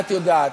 את יודעת